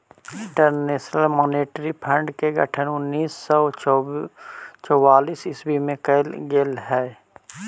international monetary fund के गठन उन्नीस सौ चौवालीस ईस्वी में कैल गेले हलइ